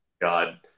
God